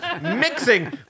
Mixing